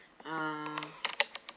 ah